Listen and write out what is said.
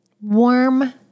warm